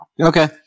Okay